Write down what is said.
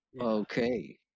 okay